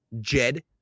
Jed